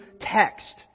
text